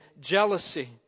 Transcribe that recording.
jealousy